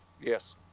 Yes